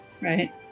Right